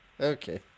Okay